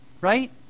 Right